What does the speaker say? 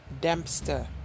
Dempster